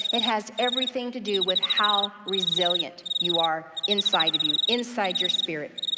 it has everything to do with how resilient you are inside of you, inside your spirit.